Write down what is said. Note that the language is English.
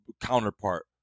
counterpart